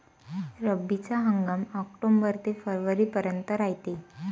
रब्बीचा हंगाम आक्टोबर ते फरवरीपर्यंत रायते